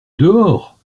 dehors